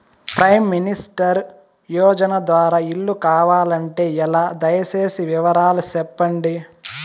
Prime minister యోజన ద్వారా ఇల్లు కావాలంటే ఎలా? దయ సేసి వివరాలు సెప్పండి?